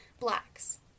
blacks